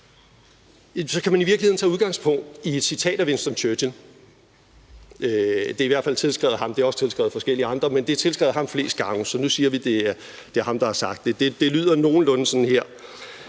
kan man i virkeligheden tager udgangspunkt i et citat af Winston Churchill. Det er i hvert fald tilskrevet ham. Det er også tilskrevet forskellige andre, men det er tilskrevet ham flest gange, så nu siger vi, at det er ham, der har sagt det, og det lyder nogenlunde sådan her: